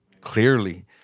clearly